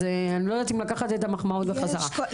אני שוקלת לקחת את המחמאות בחזרה.